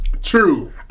True